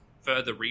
further